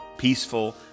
peaceful